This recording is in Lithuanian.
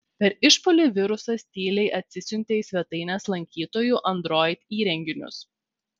per išpuolį virusas tyliai atsisiuntė į svetainės lankytojų android įrenginius